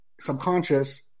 subconscious